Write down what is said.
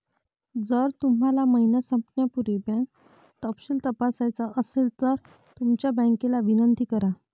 जर तुम्हाला महिना संपण्यापूर्वी बँक तपशील तपासायचा असेल तर तुमच्या बँकेला विनंती करा